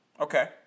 Okay